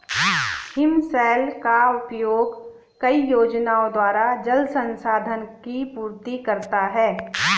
हिमशैल का उपयोग कई योजनाओं द्वारा जल संसाधन की पूर्ति करता है